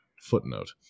Footnote